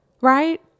right